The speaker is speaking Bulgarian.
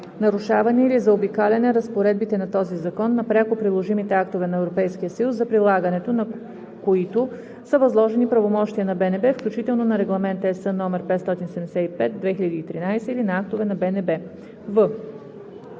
нарушаване или заобикаляне разпоредбите на този закон, на пряко приложимите актове на Европейския съюз, за прилагането на които са възложени правомощия на БНБ, включително на Регламент (ЕС) № 575/2013 или на актове на БНБ“;